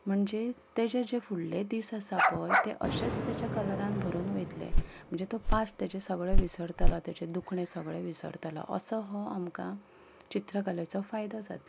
म्हणजे तेजे जे फुडले दीस आसा पळय ते अशेच तेज्या कलरान भरून वयतले म्हणजे तो पास्ट तेजें विसरतलो तेजें दुखणें सगळें विसरतलो असो हो आमकां चित्रकलेचो फायदो जातलो